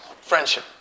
friendship